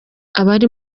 abari